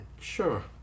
Sure